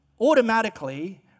automatically